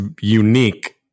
unique